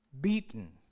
beaten